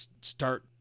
start